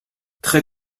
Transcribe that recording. très